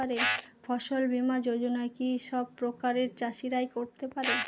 ফসল বীমা যোজনা কি সব প্রকারের চাষীরাই করতে পরে?